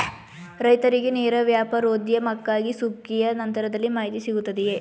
ರೈತರಿಗೆ ನೇರ ವ್ಯಾಪಾರೋದ್ಯಮಕ್ಕಾಗಿ ಸುಗ್ಗಿಯ ನಂತರದಲ್ಲಿ ಮಾಹಿತಿ ಸಿಗುತ್ತದೆಯೇ?